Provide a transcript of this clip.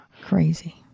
crazy